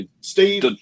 Steve